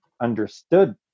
understood